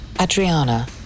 Adriana